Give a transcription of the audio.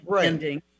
ending